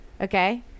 Okay